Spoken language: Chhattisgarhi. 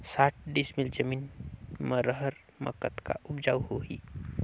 साठ डिसमिल जमीन म रहर म कतका उपजाऊ होही?